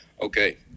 Okay